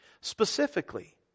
specifically